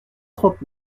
trente